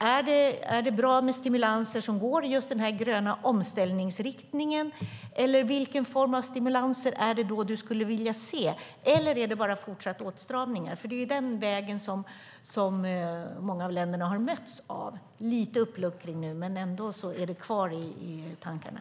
Är det bra med stimulanser som går i riktning mot en grön omställning? Vilken form av stimulanser skulle du vilja se? Eller är det bara fortsatta åtstramningar som gäller? Det är den vägen som många av länderna har mötts av. Det sker lite uppluckring nu, men det är ändå kvar i tankarna.